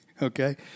Okay